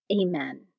Amen